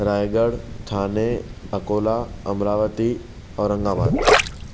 Raigad Thane Akola Amravati Aurangabad